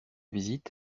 visite